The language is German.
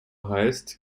heißt